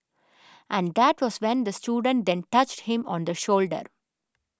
and that was when the student then touched him on the shoulder